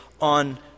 on